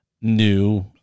new